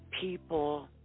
people